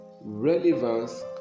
relevance